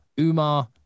Umar